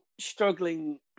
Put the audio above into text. struggling